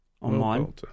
online